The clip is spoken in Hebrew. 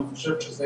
אני חושב שזה